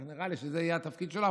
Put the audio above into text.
כך נראה לי, שזה יהיה התפקיד שלו.